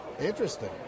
Interesting